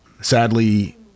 Sadly